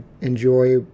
enjoy